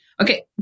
Okay